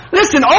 listen